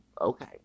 Okay